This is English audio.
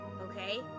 Okay